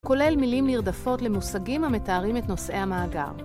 כולל מילים נרדפות למושגים המתארים את נושאי המאגר.